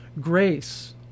grace